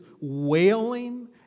wailing